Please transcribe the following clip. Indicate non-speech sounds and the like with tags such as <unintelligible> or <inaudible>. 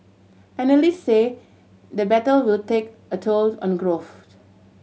analyst say the battle will take a tolls on growth <unintelligible>